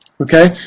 okay